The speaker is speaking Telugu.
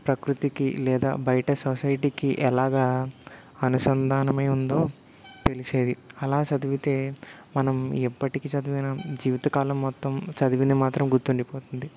ప్రకృతికి లేదా బయట సొసైటీకి ఎలాగా అనుసంధానం అయి ఉందో తెలిసేది అలా సదివితే మనం ఎప్పటికీ చదివినా జీవితకాలం మొత్తం చదివింది మాత్రం గుర్తుండిపోతుంది